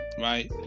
right